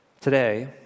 Today